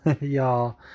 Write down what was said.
Y'all